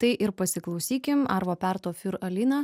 tai ir pasiklausykim arvo perto fiur alina